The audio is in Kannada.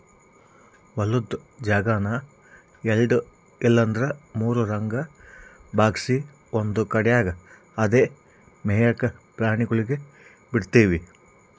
ಹೊಲುದ್ ಜಾಗಾನ ಎಲ್ಡು ಇಲ್ಲಂದ್ರ ಮೂರುರಂಗ ಭಾಗ್ಸಿ ಒಂದು ಕಡ್ಯಾಗ್ ಅಂದೇ ಮೇಯಾಕ ಪ್ರಾಣಿಗುಳ್ಗೆ ಬುಡ್ತೀವಿ